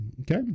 Okay